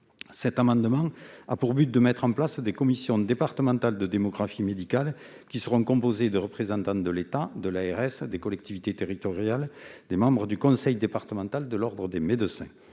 cet amendement a pour objet de mettre en place des commissions départementales de démographie médicale composées de représentants de l'État, de l'ARS, des collectivités territoriales et des membres du conseil départemental de l'ordre des médecins.